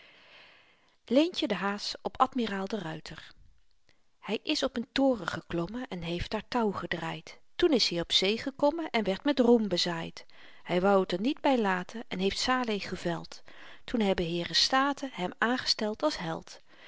leentje de haas op admiraal de ruyter hy is op een toren geklommen en heeft daar touw gedraaid toen is hy op zee gekommen en werd met roem bezaaid hy wou t er niet by laten en heeft saleh geveld toen hebben heeren staten hem aangesteld als held